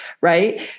right